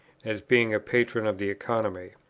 as being a patron of the economy.